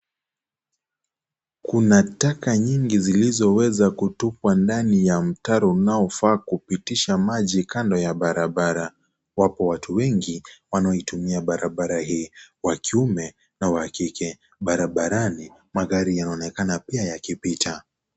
Kuna taka nyingi zilizoweza kutupwa ndani ya mtaro unaofaa kupitisha maji kando ya barabara wapo watu wengi wanaoitumia barabara hii wa kiume na wa kike barabarani magari yanaonekana pia yakipita.